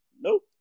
Nope